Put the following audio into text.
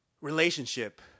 relationship